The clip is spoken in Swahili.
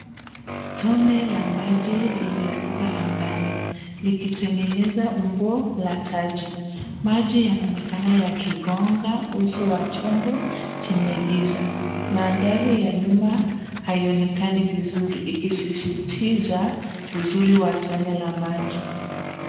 Tone la maji limeruka angani likitengenza umbo la taji. Maji yanaonekana yakigonga uso wa chombo chenye giza. Mandhari ya nyuma haionekani vizuri ikisisitiza uzuri wa tone la maji.